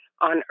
on